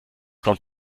kommt